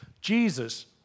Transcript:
Jesus